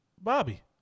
Bobby